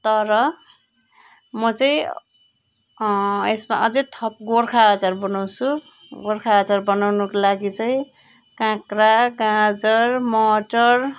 तर म चाहिँ यसमा अझै थप गोर्खा अचार बनाउँछु गोर्खा अचार बनाउनुको लागि चाहिँ काक्रा गाजर मटर